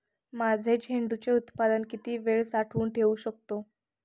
माझे झेंडूचे उत्पादन किती वेळ साठवून ठेवू शकतो?